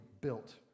built